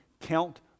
count